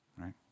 Right